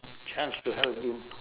chance to help him